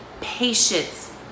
patience